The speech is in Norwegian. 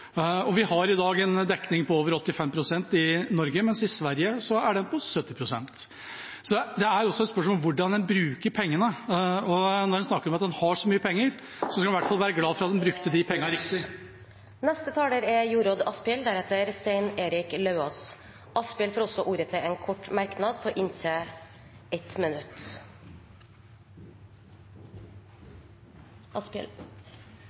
og vi har i dag en dekning på over 85 pst. i Norge, mens i Sverige er den på 70 pst. Så det er også et spørsmål om hvordan en bruker pengene. Når en snakker om at en har så mye penger, skal en i hvert fall være glad for at en brukte de pengene riktig. Representanten Jorodd Asphjell har hatt ordet to ganger tidligere i debatten og får ordet til en kort merknad, begrenset til 1 minutt.